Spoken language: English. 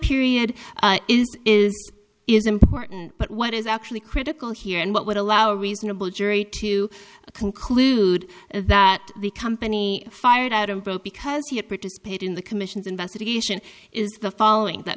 period is is important but what is actually critical here and what would allow a reasonable jury to conclude that the company fired out of both because he had participated in the commission's investigation is the following that